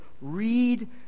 read